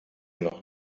noch